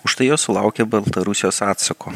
už tai jos sulaukė baltarusijos atsako